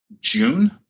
June